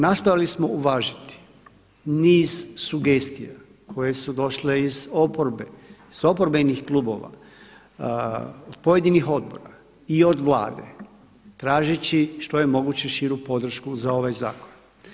Nastojali smo uvažiti niz sugestija koje su došle iz oporbe, iz oporbenih klubova, od pojedinih odbora i od Vlade tražeći što je moguće širu podršku za ovaj zakon.